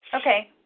Okay